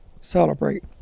celebrate